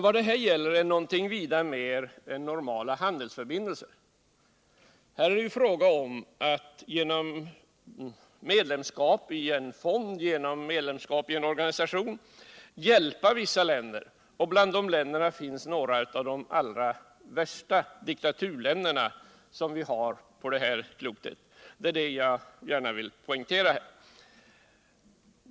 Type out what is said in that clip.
Vad det här gäller är någonting vida mer än normala handelsförbindelser. Här är det fråga om att genom medlemskap i en fond eller i en organisation hjälpa vissa länder. Bland dessa länder återfinns några av de allra virsta diktaturländerna på det här klotet. Det är det jag gärna vill poängtera.